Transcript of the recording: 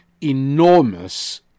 enormous